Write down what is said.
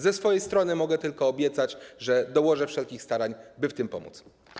Ze swojej strony mogę tylko obiecać, że dołożę wszelkich starań, by w tym pomóc.